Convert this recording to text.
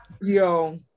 Yo